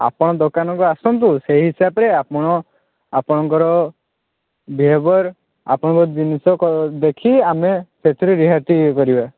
ଆପଣ ଦୋକାନକୁ ଆସନ୍ତୁ ସେହି ହିସାବରେ ଆପଣ ଆପଣଙ୍କର ଜେବର୍ ଆପଣଙ୍କ ଜିନିଷ ଦେଖି ଆମେ ସେଥିରେ ରିହାତି କରିବା